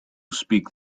speak